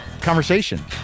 conversation